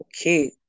okay